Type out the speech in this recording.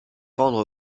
pendre